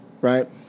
Right